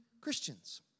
Christians